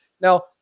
Now